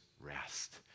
rest